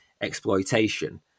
exploitation